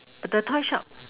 the toy shop